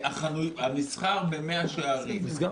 המסחר במאה שערים נסגר?